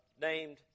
named